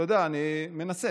אתה יודע, אני מנסה,